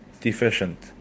deficient